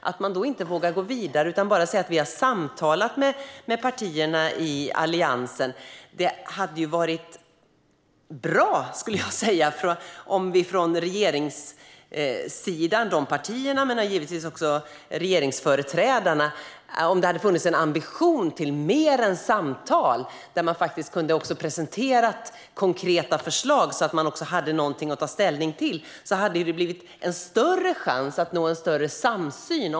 Ändå vågar ni inte gå vidare utan säger bara: Vi har samtalat med partierna i Alliansen. Det hade varit bra om det från regeringssidans partier och givetvis även från regeringsföreträdarna hade funnits en ambition till mer än samtal. Det hade varit bra om ni hade presenterat konkreta förslag så att vi haft någonting att ta ställning till. Då hade det funnits en större chans att nå en större samsyn.